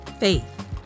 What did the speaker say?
faith